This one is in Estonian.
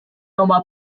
oma